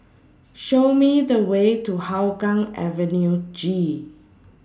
Show Me The Way to Hougang Avenue G